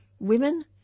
women